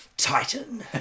titan